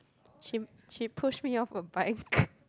she she pushed me off a bike